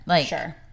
Sure